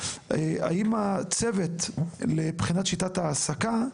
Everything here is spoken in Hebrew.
האם הצוות לבחינת שיטת ההעסקה,